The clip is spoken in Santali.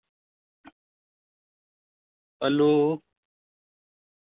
ᱟ ᱞᱩ